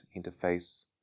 interface